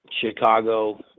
Chicago